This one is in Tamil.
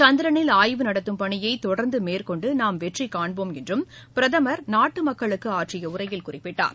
சந்திரனில் ஆய்வு நடத்தும் பணியை தொடர்ந்து மேற்கொண்டு நாம் வெற்றி காண்போம் என்றும் பிரதமர் நாட்டு மக்களுக்கு ஆற்றிய உரையில் குறிப்பிட்டார்